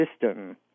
system